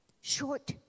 Short